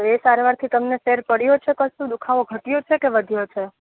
તો એ સારવારથી તમને ફેર પડયો છે કશું દુખાવો ઘટ્યો છે કે વધ્યો છે